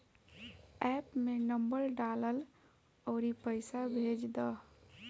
app में number डालअ अउरी पईसा भेज दअ